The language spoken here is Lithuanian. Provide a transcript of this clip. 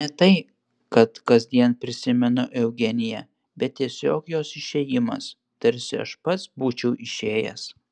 ne tai kad kasdien prisimenu eugeniją bet tiesiog jos išėjimas tarsi aš pats būčiau išėjęs